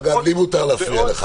אגב, לי מותר להפריע לך.